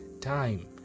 time